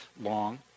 long